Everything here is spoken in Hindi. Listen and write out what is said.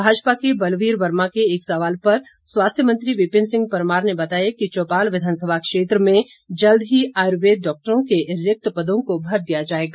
भाजपा के बलवीर वर्मा के एक सवाल पर स्वास्थ्य मंत्री विपिन सिंह परमार ने बताया कि चौपाल विधानसभा क्षेत्र में जल्द ही आयुर्वेद डॉक्टरों के रिक्त पदों को भर दिया जाएगा